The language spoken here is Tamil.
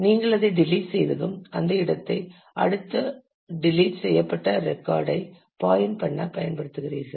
நீங்கள் அதை டெலிட் செய்ததும் அந்த இடத்தை அடுத்த டெலிட் செய்யப்பட்ட ரெக்கார்டு ஐ பாயின்ட் பண்ண பயன்படுத்துகிறீர்கள்